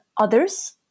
others